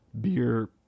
beer